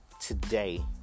today